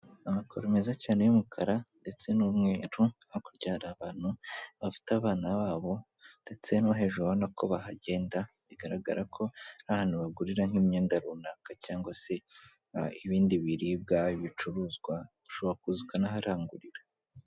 Amakaro meza cyane y'umukara ndetse n'umweru, hakurya hari abantu bafite abana babo ndetse no hejuru urabona ko bahagenda bigaragara ko ari ahantu bagurira nk'imyenda runaka cyangwa se ibindi biribwa bicuruzwa, ushobora kuza ukanaharangurira.